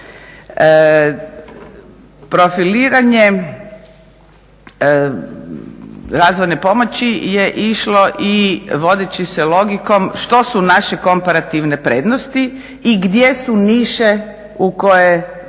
Profiliranje razvojne pomoći je išlo i vodeći se logikom što su naše komparativne prednosti i gdje su niše u koje